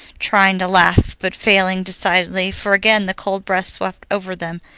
trying to laugh but failing decidedly, for again the cold breath swept over them,